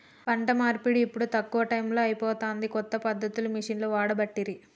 పంట నూర్పిడి ఇప్పుడు తక్కువ టైములో అయిపోతాంది, కొత్త పద్ధతులు మిషిండ్లు వాడబట్టిరి